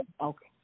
Okay